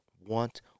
want